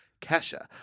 Kesha